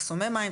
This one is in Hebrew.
מחסומי מים,